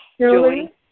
Julie